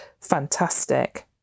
fantastic